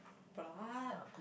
blood